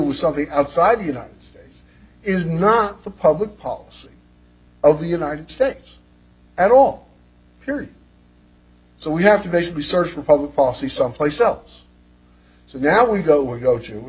with something outside the united states is not the public policy of the united states at all period so we have to basically search for public policy someplace else so now we go we go to